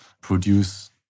produce